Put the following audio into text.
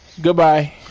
goodbye